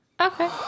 Okay